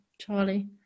Charlie